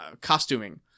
costuming